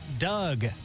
Doug